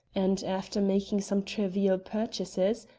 and, after making some trivial purchases,